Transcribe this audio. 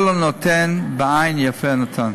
כל הנותן, בעין יפה נותן.